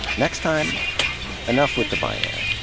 next time enough with the binary.